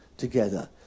together